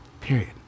Period